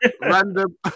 random